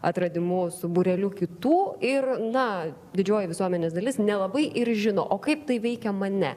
atradimu su būreliu kitų ir na didžioji visuomenės dalis nelabai ir žino o kaip tai veikia mane